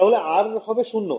তাহলে R হবে শূন্য